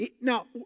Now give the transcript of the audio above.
Now